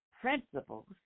principles